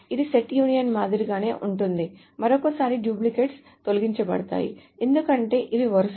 ఇది set union మాదిరిగానే ఉంటుంది మరోసారి డూప్లికేట్లు తొలగించబడతాయి ఎందుకంటే ఇవి వరుసలు